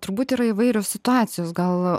turbūt yra įvairios situacijos gal